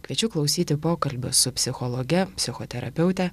kviečiu klausyti pokalbio su psichologe psichoterapeute